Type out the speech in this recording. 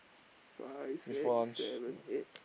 five six seven eight